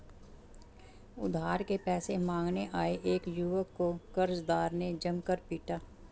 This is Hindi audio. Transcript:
उधार के पैसे मांगने आये एक युवक को कर्जदार ने जमकर पीटा